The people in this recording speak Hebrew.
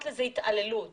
התעללות